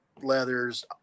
leathers